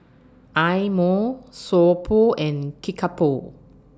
Eye Mo So Pho and Kickapoo